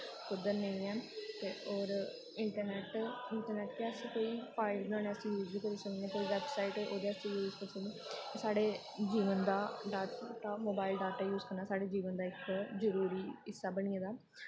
कुद्धर नेईं ऐ ते होर इंट्रनैट इंट्रनैट ते अस कोई फायदे अस यूज़ बी करी सकने कोई वेवसाइट ओह्दे पर यूज़ करी सकने एह् साढ़े जीवन दा डाटा मोबाइल डाटा यूज़ करना साढ़े जीवन दा इक जरूरी हिस्सा बनी गेदा